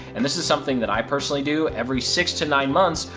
and this is something that i personally do every six to nine months.